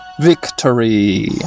Victory